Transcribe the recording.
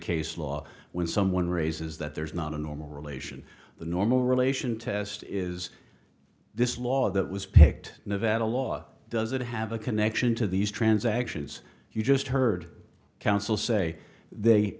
case law when someone raises that there's not a normal relation the normal relation test is this law that was picked nevada law does it have a connection to these transactions you just heard council say they